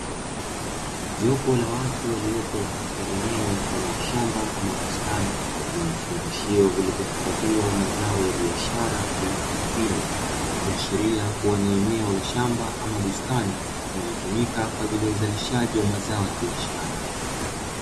Jopo la watu waliopo katika eneo mfano wa shamba ama bustani lenye vifungashio vilivyohifadhiwa mazao ya biashara aina ya mahindi ikiashiria kuwa ni eneo la shamba ama bustani inayotumika kwa ajili ya uzalishaji wa mazao ya biashara.